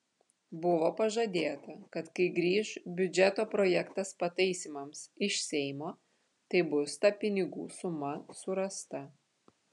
buvo pažadėta kad kai grįš biudžeto projektas pataisymams iš seimo tai bus ta pinigų suma surasta